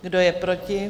Kdo je proti?